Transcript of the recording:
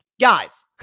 Guys